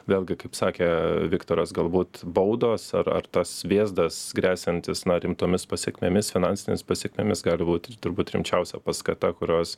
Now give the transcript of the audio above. vėlgi kaip sakė viktoras galbūt baudos ar ar tas vėzdas gresiantis na rimtomis pasekmėmis finansinėmis pasekmėmis gali būti turbūt rimčiausia paskata kurios